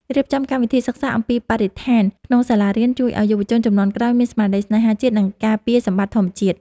រៀបចំកម្មវិធីសិក្សាអំពីបរិស្ថានក្នុងសាលារៀនជួយឱ្យយុវជនជំនាន់ក្រោយមានស្មារតីស្នេហាជាតិ និង ការពារសម្បត្តិធម្មជាតិ។